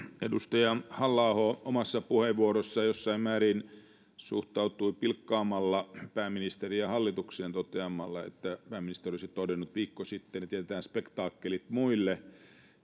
edustaja halla aho omassa puheenvuorossaan jossain määrin suhtautui pilkkaamalla pääministeriin ja hallitukseen toteamalla että pääministeri olisi todennut viikko sitten että jätetään spektaakkelit muille